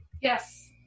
yes